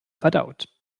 verdaut